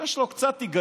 יש לו עוד קצת היגיון.